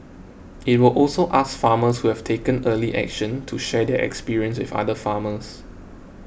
it will also ask farmers who have taken early action to share their experience with other farmers